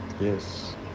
Yes